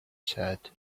said